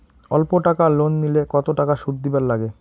অল্প টাকা লোন নিলে কতো টাকা শুধ দিবার লাগে?